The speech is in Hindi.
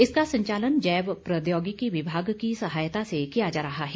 इसका संचालन जैव प्रौद्योगिकी विभाग की सहायता से किया जा रहा है